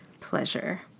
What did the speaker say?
pleasure